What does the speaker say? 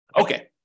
Okay